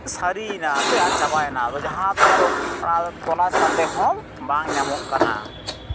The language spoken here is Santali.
ᱥᱟᱹᱨᱤᱭᱮᱱᱟ ᱥᱮ ᱟᱫᱽ ᱪᱟᱵᱟᱭᱮᱱᱟ ᱟᱫᱚ ᱡᱟᱦᱟᱸ ᱟᱫᱚ ᱱᱤᱛᱚᱜ ᱚᱱᱟ ᱛᱚᱞᱟᱥ ᱠᱟᱛᱮ ᱦᱚᱸ ᱵᱟᱝ ᱧᱟᱢᱚᱜ ᱠᱟᱱᱟ